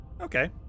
Okay